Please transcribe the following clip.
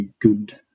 good